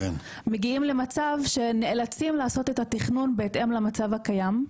מגיעים למצב שנאלצים לעשות את התכנון בהתאם למצב הקיים.